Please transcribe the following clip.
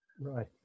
Right